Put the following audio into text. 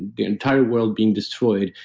the entire world being destroyed,